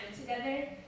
together